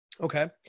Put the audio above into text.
okay